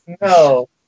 No